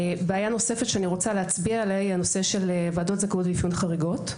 בעיה נוספת, ועדות זכאות ואפיון חריגות.